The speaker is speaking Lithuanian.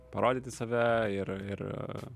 parodyti save ir ir